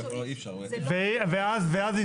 זה מה